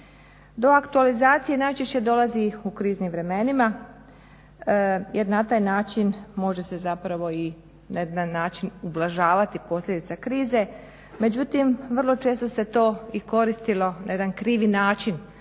Do aktualizacije najčešće dolazi u kriznim vremenima jer na taj način može se zapravo i na jedan način ublažavati posljedica krize. Međutim, vrlo često se to i koristilo na jedan krivi način.